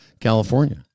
California